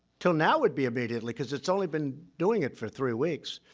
until now would be immediately, because it's only been doing it for three weeks.